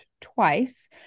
twice